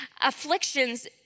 afflictions